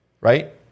right